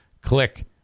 Click